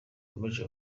yakomeje